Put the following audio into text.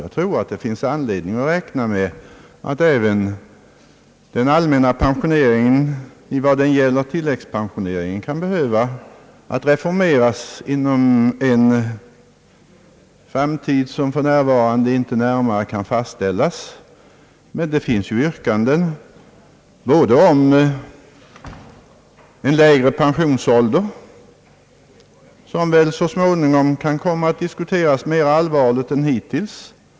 Jag tror att det finns anledning att räkna med att även den allmänna pensioneringen i vad den gäller tilläggspensioneringen kan behöva reformeras inom en framtid som för närvarande inte närmare kan fastställas. Det finns yrkanden om en lägre pensionsålder som väl så småningom kan komma att diskuteras mera allvarligt än hittills.